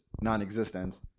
non-existent